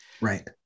Right